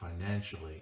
financially